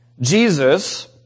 Jesus